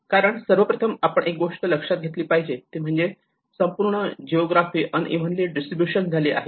कारण सर्वप्रथम आपण एक गोष्ट लक्षात घेतली पाहिजे ती म्हणजे संपूर्ण जिओग्राफी अनइव्हनली डिस्ट्रीब्यूशन झाली आहे